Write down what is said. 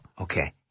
Okay